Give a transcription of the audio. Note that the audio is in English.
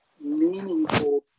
meaningful